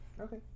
Okay